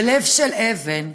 לב של אבן,